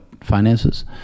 finances